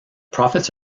profits